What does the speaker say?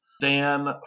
Dan